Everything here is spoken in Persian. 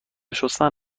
شستن